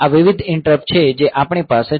આ વિવિધ ઈંટરપ્ટ છે જે આપણી પાસે છે